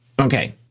Okay